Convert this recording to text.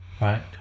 right